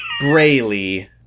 Braylee